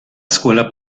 escuela